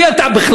מי אתה בכלל?